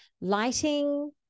lighting